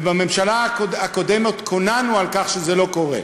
ובממשלה הקודמת קוננו על כך שזה לא קורה.